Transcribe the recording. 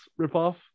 ripoff